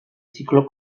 ziklo